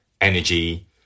energy